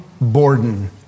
Borden